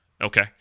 Okay